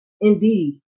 indeed